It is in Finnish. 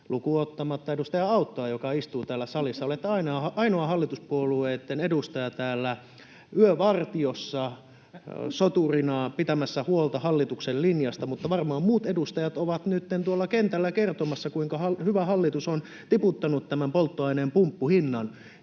lukuun ottamatta edustaja Auttoa, joka istuu täällä salissa — olette ainoa hallituspuolueitten edustaja täällä yövartiossa soturina pitämässä huolta hallituksen linjasta — muut edustajat, ovat varmaan nytten tuolla kentällä kertomassa, kuinka hyvä hallitus on tiputtanut tämän polttoaineen pumppuhinnan.